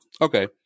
Okay